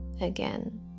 again